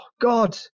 god